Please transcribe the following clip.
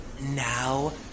Now